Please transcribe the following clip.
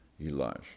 Elijah